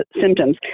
symptoms